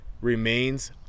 remains